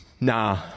nah